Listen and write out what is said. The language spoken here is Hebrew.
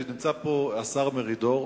ונמצא פה השר מרידור,